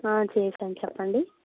చేసాను చెప్పండి